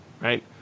right